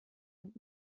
und